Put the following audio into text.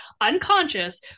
unconscious